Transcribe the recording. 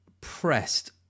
pressed